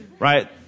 Right